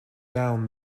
down